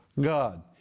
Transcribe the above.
God